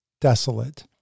desolate